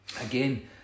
Again